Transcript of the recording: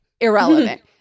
irrelevant